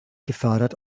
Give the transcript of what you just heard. gefördert